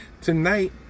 Tonight